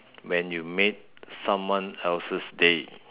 when you made someone else's day